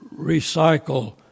recycle